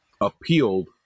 appealed